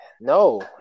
no